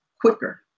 quicker